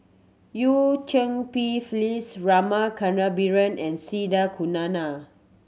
Eu Cheng Pi Phyllis Rama Kannabiran and C the Kunalan